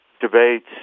debates